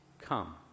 come